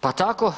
Pa tako